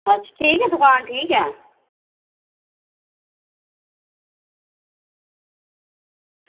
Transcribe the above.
अच्छा ठीक ऐ दुकान ठीक ऐ